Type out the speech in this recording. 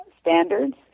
standards